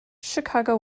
chicago